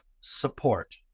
support